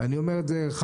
ואני אומר את זה לך: